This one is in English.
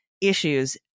issues